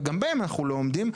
וגם בהם אנחנו לא עומדים.